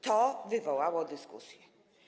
To wywołało dyskusję.